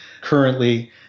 currently